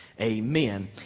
Amen